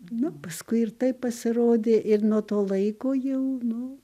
na paskui ir tai pasirodė ir nuo to laiko jau nu